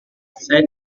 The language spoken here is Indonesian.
saya